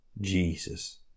Jesus